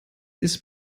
ist